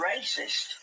racist